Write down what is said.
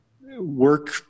work